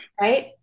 right